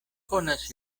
konas